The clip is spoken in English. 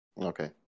Okay